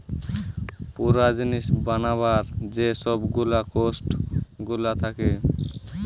পুরা জিনিস বানাবার যে সব গুলা কোস্ট গুলা থাকে